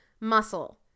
muscle